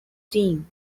team